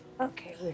okay